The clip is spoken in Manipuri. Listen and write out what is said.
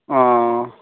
ꯑꯥ